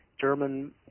German